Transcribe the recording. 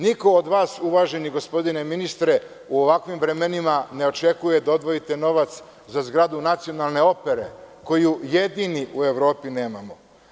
Niko od vas, uvaženi gospodine ministre, u ovakvim vremenima ne očekuje da odvojite novac za zgradu nacionalne opere, koju jedini u Evropi nemamo.